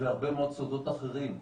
וגם הרבה מאוד סודות אחרים,